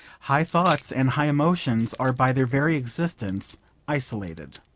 high thoughts and high emotions are by their very existence isolated.